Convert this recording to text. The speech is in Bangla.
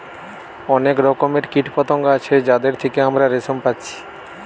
অনেক রকমের কীটপতঙ্গ আছে যাদের থিকে আমরা রেশম পাচ্ছি